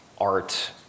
art